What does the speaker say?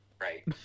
right